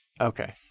okay